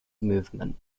movement